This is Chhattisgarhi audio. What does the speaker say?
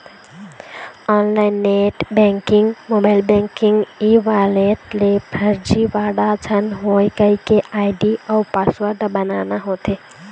online net banking, mobile banking, e wallet ले फरजीवाड़ा झन होए कहिके आईडी अउ पासवर्ड बनाना होथे